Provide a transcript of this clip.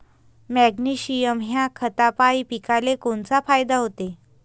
Magnesium ह्या खतापायी पिकाले कोनचा फायदा होते?